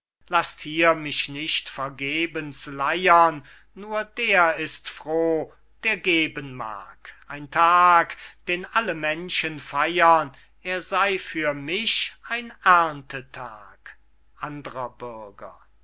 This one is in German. laßt hier mich nicht vergebens leyern nur der ist froh der geben mag ein tag den alle menschen feyern er sey für mich ein aerndetag andrer bürger